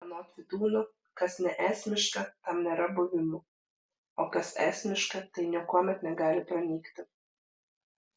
anot vydūno kas neesmiška tam nėra buvimo o kas esmiška tai niekuomet negali pranykti